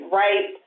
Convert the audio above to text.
right